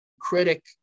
critic